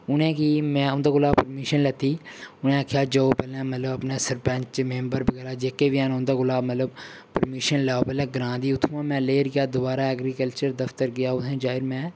उ'नेंगी मैं उं'दे कोला परमीशन लैती उनें आखेआ जाओ पैह्ले मतलब अपना सरपंच मैंबर बगैरा जेह्के बी हैन उं'दे कोला मतलब परमीशन लैओ पैह्ले ग्रांऽ दी उत्थुआं मैं लेई'र दोबारा ऐग्रीकल्चर दफ्तर गेआ उत्थें जाई मैं